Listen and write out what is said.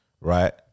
right